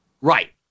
Right